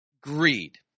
greed